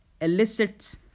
elicits